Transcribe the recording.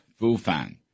Fufang